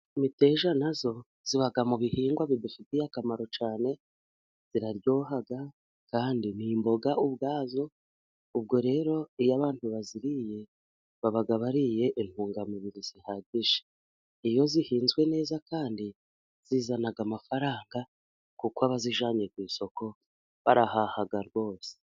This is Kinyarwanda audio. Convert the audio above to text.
Imiteja na yo iba mu bihingwa bidufitiye akamaro cyane, iraryoha kandi ni imboga ubwazo, ubwo rero iyo abantu baziriye, baba bariye intungamubiri zihagije, iyo zihinzwe neza kandi zizana amafaranga, kuko abazijyanye ku isoko barahaha rwose.